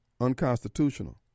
unconstitutional